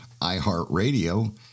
iHeartRadio